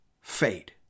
fade